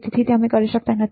તેથી અમે તે કરી શકતા નથી